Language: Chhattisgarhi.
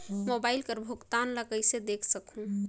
मोबाइल कर भुगतान ला कइसे देख सकहुं?